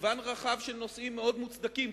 למגוון רחב של נושאים מאוד מוצדקים,